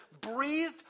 breathed